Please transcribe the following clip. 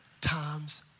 times